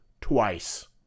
twice